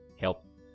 help